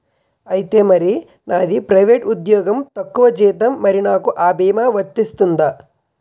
ఐతే మరి నాది ప్రైవేట్ ఉద్యోగం తక్కువ జీతం మరి నాకు అ భీమా వర్తిస్తుందా?